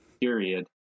period